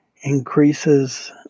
increases